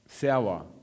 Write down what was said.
Sour